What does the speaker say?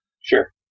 Sure